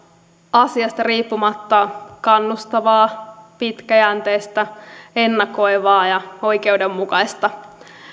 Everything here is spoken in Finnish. asiasta riippumatta kannustavaa pitkäjänteistä ennakoivaa ja oikeudenmukaista